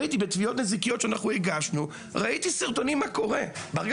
בתביעות נזיקיות שהגשנו ראיתי מה קורה ברגע